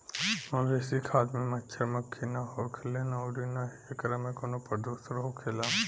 मवेशी खाद में मच्छड़, मक्खी ना होखेलन अउरी ना ही एकरा में कवनो प्रदुषण होखेला